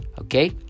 okay